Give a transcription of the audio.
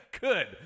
good